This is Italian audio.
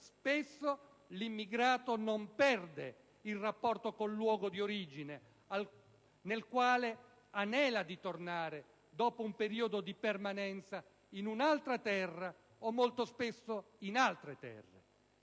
spesso l'immigrato non perde il rapporto con il luogo di origine, ma anela a tornarvi dopo un periodo di permanenza in un'altra terra o molto spesso in altre terre.